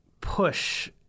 push